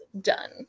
done